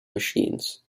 machines